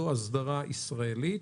זו הסדרה ישראלית.